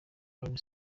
alyn